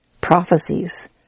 prophecies